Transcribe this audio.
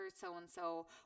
so-and-so